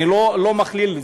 אני לא מכליל,